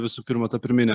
visų pirma ta pirminė